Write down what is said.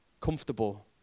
comfortable